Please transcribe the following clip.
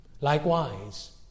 Likewise